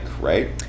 right